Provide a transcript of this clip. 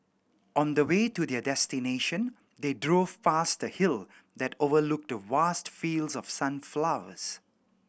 on the way to their destination they drove past a hill that overlooked vast fields of sunflowers